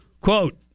quote